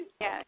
Yes